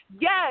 Yes